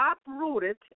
uprooted